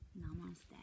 Namaste